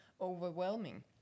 overwhelming